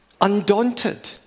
undaunted